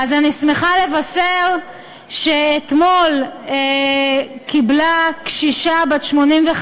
אני שמחה לבשר שאתמול קיבלה קשישה בת 85,